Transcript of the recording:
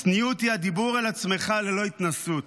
צניעות היא הדיבור על עצמך ללא התנשאות,